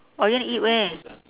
or you want eat where